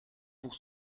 pour